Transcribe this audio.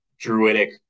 druidic